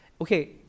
Okay